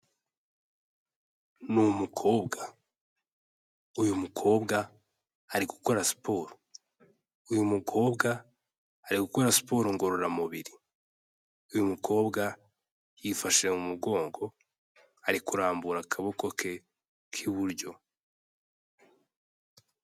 Ni umukobwa, uyu mukobwa ari gukora siporo, uyu mukobwa ari gukora siporo ngororamubiri, uyu mukobwa yifashe mu mugongo ari kurambura akaboko ke k'iburyo.